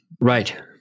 Right